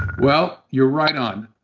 well, you're right on.